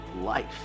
life